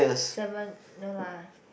seven no lah